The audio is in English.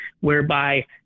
whereby